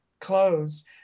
clothes